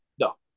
No